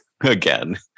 again